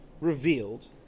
revealed